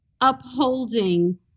upholding